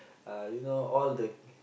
uh you know all the